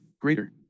Greater